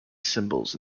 symbols